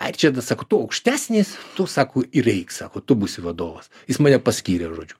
ai ričardas sako tu aukštesnis tu sako ir eik sako tu būsi vadovas jis mane paskyrė žodžiu